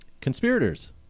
conspirators